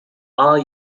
are